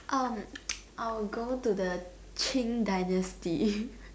um I'll go to the Qin dynasty